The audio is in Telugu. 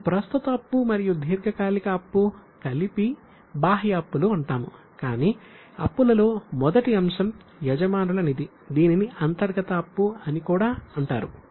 ఈ ప్రస్తుత అప్పు మరియు దీర్ఘకాలిక అప్పు కలిపి బాహ్య అప్పులు అని కూడా అంటారు